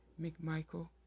McMichael